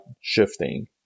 shifting